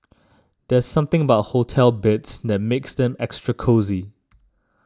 there's something about hotel beds that makes them extra cosy